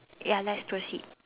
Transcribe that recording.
ya let's proceed